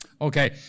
Okay